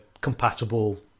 compatible